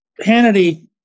Hannity